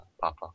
Papa